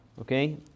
okay